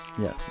Yes